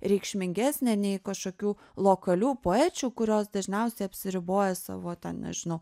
reikšmingesnė nei kažkokių lokalių poečių kurios dažniausiai apsiriboja savo ten nežinau